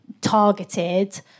targeted